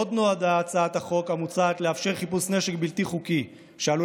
עוד נועדה הצעת החוק המוצעת לאפשר חיפוש נשק בלתי חוקי שעלול